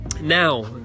Now